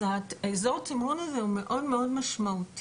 אז אזור התמרון הזה הוא מאוד מאוד משמעותי.